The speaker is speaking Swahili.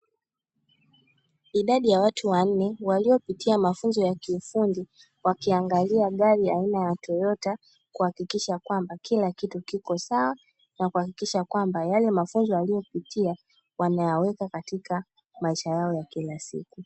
Idadi ya watu wanne waliopitia mafunzo ya kiufundi wakiangalia gari aina ya (toyota) kuhakikisha kila kitu kipo sawa na kuhakikisha yale mafunzo waliyopitia wameyasema katika maisha yao ya kila siku.